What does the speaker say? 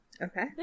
Okay